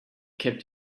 kept